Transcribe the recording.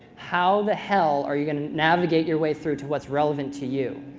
how the hell are you going to navigate your way through to what's relevant to you?